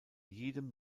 jedem